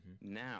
Now